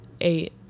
eight